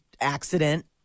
accident